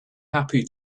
happy